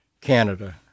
Canada